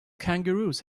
kangaroos